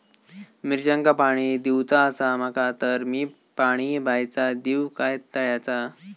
मिरचांका पाणी दिवचा आसा माका तर मी पाणी बायचा दिव काय तळ्याचा?